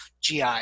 GI